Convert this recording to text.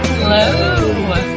Hello